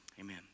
Amen